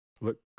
look